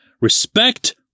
Respect